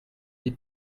dix